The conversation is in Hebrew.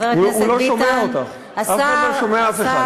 הוא לא שומע אותך, אף אחד לא שומע אף אחד.